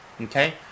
Okay